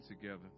together